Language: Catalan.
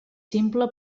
simple